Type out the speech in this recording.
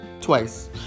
twice